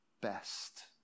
best